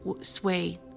sway